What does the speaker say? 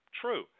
True